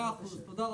מאה אחוז, תודה רבה.